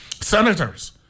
Senators